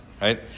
right